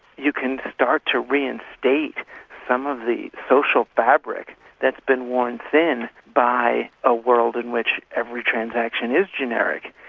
you can start to reinstate some of the social fabric that's been worn thin by a world in which every transaction is generic,